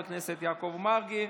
חבר הכנסת יעקב מרגי,